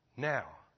Now